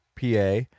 PA